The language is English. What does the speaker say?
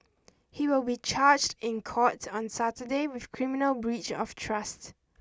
he will be charged in court on Saturday with criminal breach of trust